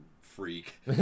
freak